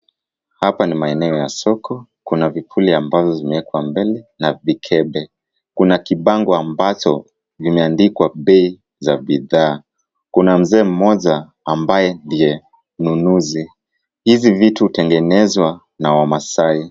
Hapa ni maeneo ya soko ,kuna vipuli ambazo zimewekwa mbele na vikebe. Kuna kibango ambacho kimeandikwa bei za bidhaa. Kuna mzee mmoja ambaye ndio mnununzi. Hizi vitu hutengenezwa na wamasai.